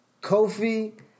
Kofi